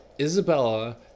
Isabella